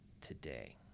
today